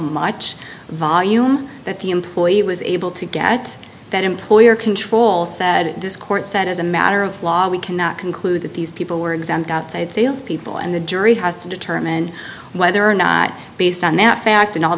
which volume that the employee was able to get that employer control said this court said as a matter of law we cannot conclude that these people were exempt outside sales people and the jury has to determine whether or not based on that fact in all